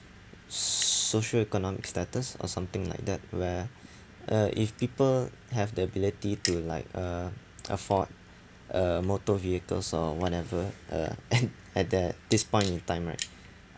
s~ socioeconomic status or something like that where uh if people have the ability to like uh afford uh motor vehicles or whatever uh and at that this point in time right